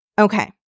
Okay